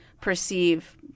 perceive